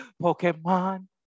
Pokemon